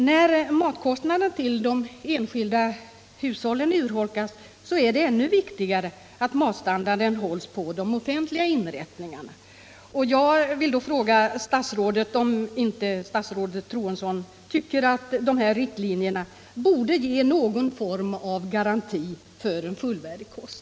När de enskilda hushållens matstandard urholkas är det ännu viktigare att matstandarden hålls uppe på de offentliga inrättningarna, och jag vill fråga statsrådet Troedsson om hon inte tycker att riktlinjerna borde ge någon form av garanti för en fullvärdig kost.